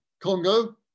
Congo